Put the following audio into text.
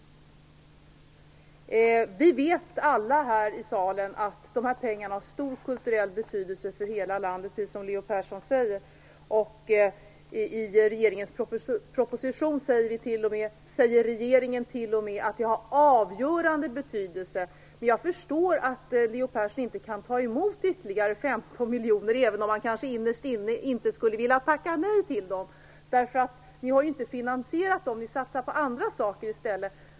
Vi vet alla här i salen att de här pengarna, precis som Leo Persson säger, har stor kulturell betydelse för hela landet. I regeringens proposition står det t.o.m. att pengarna har "avgörande betydelse". Jag förstår att Leo Persson inte kan ta emot ytterligare 15 miljoner - även om han kanske innerst inne inte skulle vilja tacka nej till dem - eftersom ni inte har finansierat dem utan satsar på andra saker i stället.